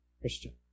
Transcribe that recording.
Christian